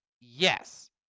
Yes